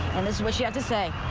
and this is what she had to say.